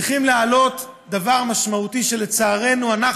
צריכים להעלות דבר משמעותי שלצערנו אנחנו